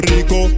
Rico